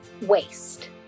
waste